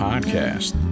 podcast